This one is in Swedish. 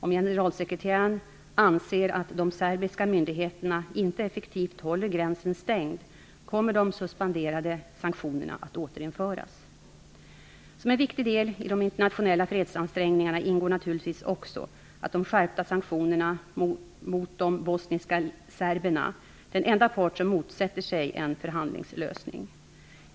Om generalsekreteraren anser att de serbiska myndigheterna inte effektivt håller gränsen stängd kommer de suspenderade sanktionerna att återinföras. Som en viktig del i de internationella fredsansträngningarna ingår naturligtvis också de skärpta sanktionerna mot de bosniska serberna, den enda part som motsätter sig en förhandlingslösning.